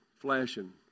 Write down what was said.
flashing